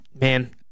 Man